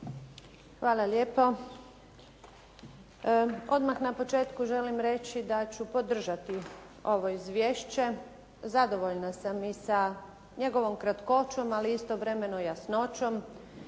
Hvala lijepo. Odmah na početku želim reći da ću podržati ovo izvješće. Zadovoljna sam i sa njegovom kratkoćom ali istovremeno i jasnoćom.